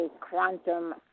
quantum